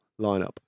lineup